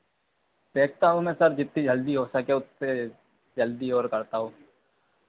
देखता हूँ मैं सर जितनी जल्दी हो सके उतनी जल्दी और करता हूँ